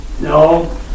no